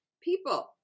people